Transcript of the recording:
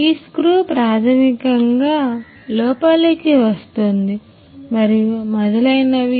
ఈ స్క్రూ ప్రాథమికంగా లోపలికి వస్తుంది మరియు మొదలైనవి